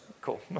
Cool